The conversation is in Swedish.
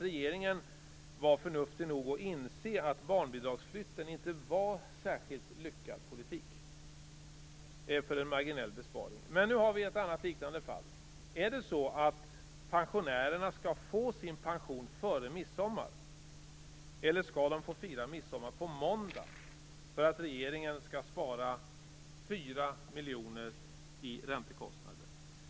Regeringen var förnuftig nog att inse att barnbidragsflytten inte var särskilt lyckad politik för en marginell besparing. Nu har vi ett annat, liknande, fall. Är det så att pensionärerna skall få sin pension före midsommar, eller skall de få fira midsommar på måndagen för att regeringen skall spara 4 miljoner i räntekostnader?